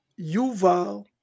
Yuval